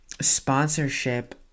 sponsorship